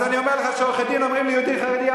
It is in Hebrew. אז אני אומר לך שעורכי-דין אומרים ליהודי חרדי,